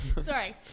Sorry